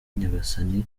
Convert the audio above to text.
nyagasani